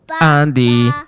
andy